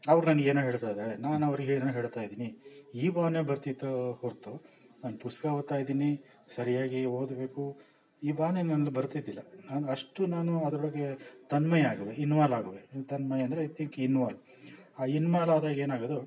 ಅವ್ರು ನನಗೇನೋ ಹೇಳ್ತಾಯಿದ್ದಾರೆ ನಾನು ಅವ್ರ್ಗೆ ಏನೋ ಹೇಳ್ತಾಯಿದ್ದೀನಿ ಈ ಭಾವನೆ ಬರ್ತಿತ್ತು ಹೊರತು ನಾನು ಪುಸ್ತಕ ಓದ್ತಾಯಿದ್ದೀನಿ ಸರಿಯಾಗಿ ಓದಬೇಕು ಈ ಭಾವನೆ ನಂದು ಬರ್ತಿದ್ದಿಲ್ಲ ನಾನು ಅಷ್ಟು ನಾನು ಅದರೊಳಗೆ ತನ್ಮಯ ಆಗುವೆ ಇನ್ವಾಲ್ ಆಗುವೆ ತನ್ಮಯ ಅಂದರೆ ಇದಕ್ ಇನ್ವಾಲ್ ಆ ಇನ್ವಾಲ್ ಆದಾಗ ಏನಾಗೋದು